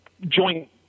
joint